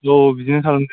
अ बिदिनो खालामगोन